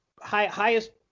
highest